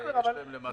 עניין של מחזור.